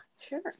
Sure